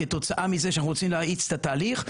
כתוצאה מכך שאנחנו רוצים להאיץ את התהליך,